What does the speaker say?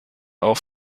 auch